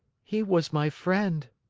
he was my friend.